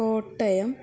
Kottayam